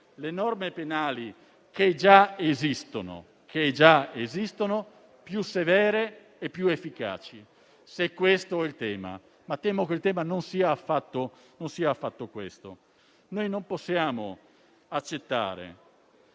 esistono - che già esistono! - più severe e più efficaci, se questo è il tema. Temo tuttavia che il tema non sia affatto questo. Noi non possiamo accettare